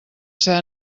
ser